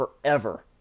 forever